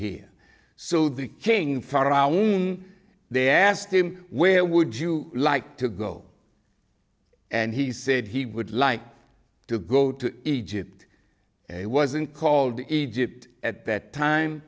here so the king for around they asked him where would you like to go and he said he would like to go to egypt and he wasn't called egypt at that time